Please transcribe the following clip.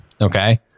Okay